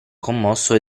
commosso